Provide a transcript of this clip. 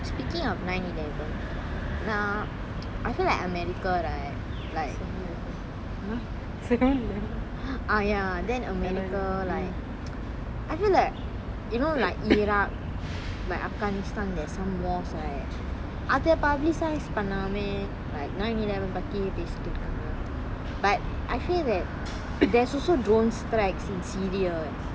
speaking of nine eleven uh I feel like america right like ah ya then america like I feel like you know like iraq like afghanistan there's some wars right அத:atha publicize பண்ணாம:panname right nine eleven பத்தியே பேசிட்டு இருக்காங்க:pathiye pesittu irukkaanga but I feel like there's also drone strikes in syria eh